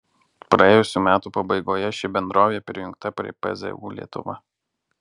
praėjusių metų pabaigoje ši bendrovė prijungta prie pzu lietuva